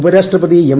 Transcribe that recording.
ഉപരാഷ്ട്രപതി എം